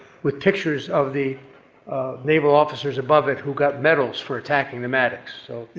with pictures of the naval officers above it who got medals for attacking the maddox. so yeah,